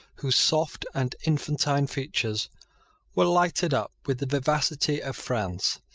whose soft and infantine features were lighted up with the vivacity of france.